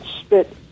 spit